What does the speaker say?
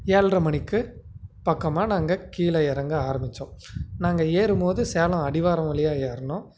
ஏழ்ரை மணிக்கு பக்கமாக நாங்கள் கீழே இறங்க ஆரமித்தோம் நாங்கள் ஏறும்போது சேலம் அடிவாரம் வழியாக ஏறினோம்